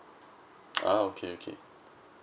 ah okay okay